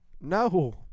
No